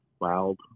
wild